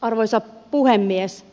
arvoisa puhemies